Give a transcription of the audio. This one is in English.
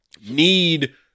need